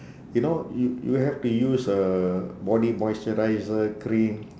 you know you you have to use a body moisturiser cream